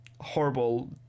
horrible